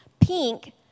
Pink